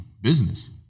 business